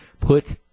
put